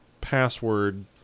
password